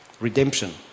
redemption